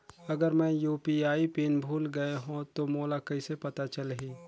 अगर मैं UPI PIN भुल गये हो तो मोला कइसे पता चलही?